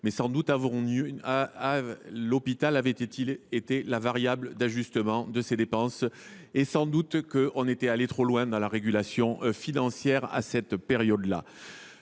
mais sans doute l’hôpital avait il été la variable d’ajustement de ces dépenses. Nous étions peut être allés trop loin dans la régulation financière à cette époque.